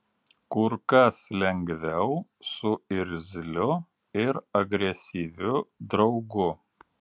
kur kas lengviau su irzliu ir agresyviu draugu